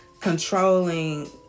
controlling